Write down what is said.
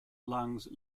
lungs